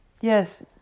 Yes